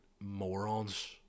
morons